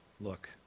look